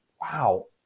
wow